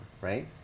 right